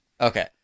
Okay